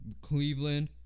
Cleveland